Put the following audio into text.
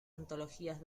antologías